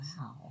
Wow